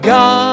God